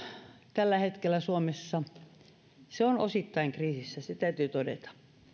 tällä hetkellä suomessa on osittain kriisissä se täytyy todeta